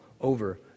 over